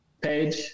page